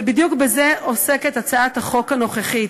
ובדיוק בזה עוסקת הצעת החוק הנוכחית.